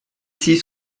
six